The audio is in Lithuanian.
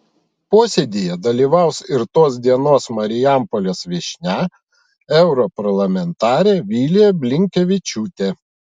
posėdyje dalyvaus ir tos dienos marijampolės viešnia europarlamentarė vilija blinkevičiūtė